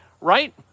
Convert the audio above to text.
right